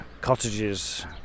cottages